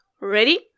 Ready